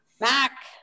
Mac